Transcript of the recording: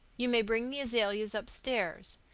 you may bring the azaleas upstairs.